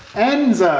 enzo!